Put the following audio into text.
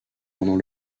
pendant